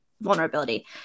vulnerability